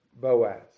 Boaz